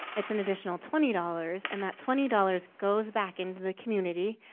it's an additional twenty dollars and that twenty dollars goes back into the community,